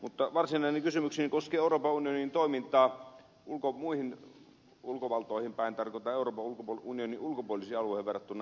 mutta varsinainen kysymykseni koskee euroopan unionin toimintaa muihin ulkovaltoihin päin tarkoitan euroopan unionin ulkopuolisiin alueihin verrattuna